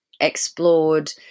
explored